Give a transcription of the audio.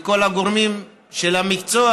וכל הגורמים של המקצוע